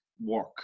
work